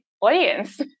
audience